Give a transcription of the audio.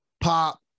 pop